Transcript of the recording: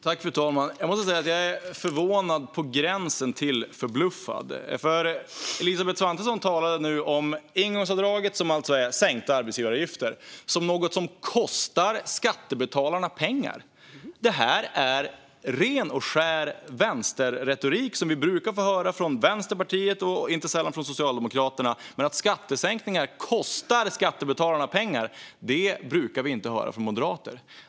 Fru talman! Jag måste säga att jag är förvånad på gränsen till förbluffad. Elisabeth Svantesson talade nu om ingångsavdraget, som alltså är sänkta arbetsgivaravgifter, som något som kostar skattebetalarna pengar. Det är ren och skär vänsterretorik, som vi brukar höra från Vänsterpartiet och inte sällan från Socialdemokraterna. Men att skattesänkningar kostar skattebetalarna pengar, det brukar vi inte höra från moderater.